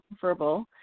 verbal